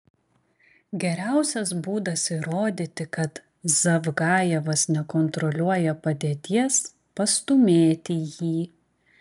geriausias būdas įrodyti kad zavgajevas nekontroliuoja padėties pastūmėti jį